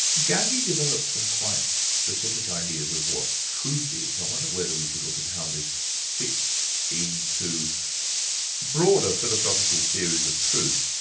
gandhi developed some quite specific ideas of what truth is. i wonder whether we can look at how this fits into broader philosophical theories of truth.